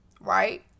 right